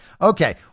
Okay